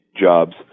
jobs